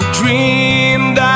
dreamed